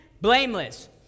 Blameless